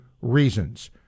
reasons